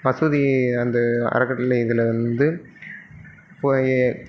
மசூதி அந்த அறக்கட்டளை இதில் வந்து போய்